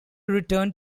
returned